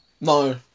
no